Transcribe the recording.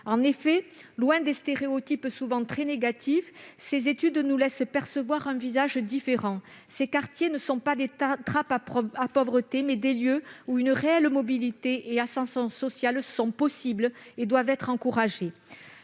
En effet, loin des stéréotypes souvent très négatifs, ces études nous laissent percevoir un visage différent de ces quartiers, qui ne sont pas des trappes à pauvreté, mais des lieux où une réelle mobilité et une ascension sociale sont possibles et doivent être encouragées.